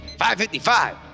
555